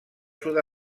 sud